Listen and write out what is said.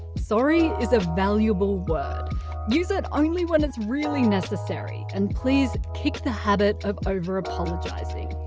sorry is a valuable word use it only when it's really necessary and please, kick the habit of over apologising.